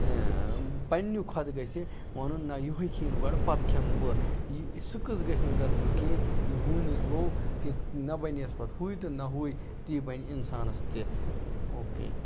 پنٛنہِ کھۄتہٕ گَژھِ وَنُن نہ یہےکھیٚیِن گۄڈٕ پَتہٕ کھٮ۪مہٕ بہٕ یہِ سُہ قصہ گَژھِ نہٕ گَژھُن کینٛہہ یہِ ہوٗنِس حظ گوٚو کہِ نہ بَنیَس پَتہٕ ہُہے تہٕ نہ ہُہے تی بَنہِ اِنسانَس تہِ اوکے